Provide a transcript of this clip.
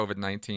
COVID-19